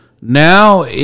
Now